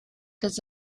does